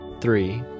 three